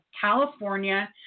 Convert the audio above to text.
California